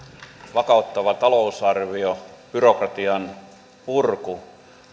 vakauttava talousarvio byrokratian purku